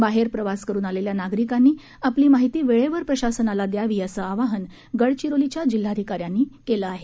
बाहेर प्रवास करून आलेल्या नागरिकांनी आपली माहिती वेळेवर प्रशासनाला द्यावी असं आवाहन गडचिरोलीच्या जिल्हाधिकाऱ्यांनी केलं आहे